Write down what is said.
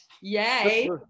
Yay